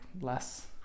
less